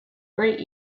great